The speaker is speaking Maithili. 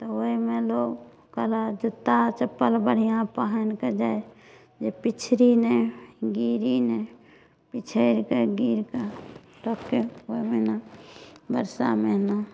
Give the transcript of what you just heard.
तऽ ओहिमे लोग कहलक जूत्ता चप्पल बढ़िआँ पहनके जाए जे पीछड़ी नहि गिरी नहि पिछड़िके गिरके लोग फेर ओ महिना बरसा महिना